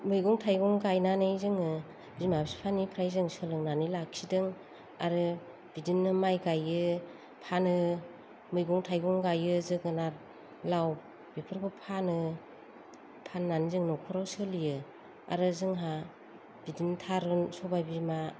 मैगं थायगं गायनानै जोङो बिमा बिफानिफ्राय जों सोलोंनानै लाखिदों आरो बिदिनो माइ गायो फानो मैगं थायगं गायो जोगोनार लाव बेफोरखौ फानो फाननानै जों न'खराव सोलियो आरो जोंहा बिदिनो थारुन सबायबिमा